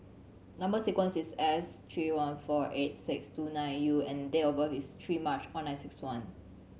number sequence is S three one four eight six two nine U and date of birth is three March one nine six one